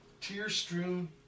tear-strewn